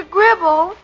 Gribble